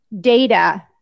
data